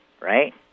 right